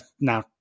now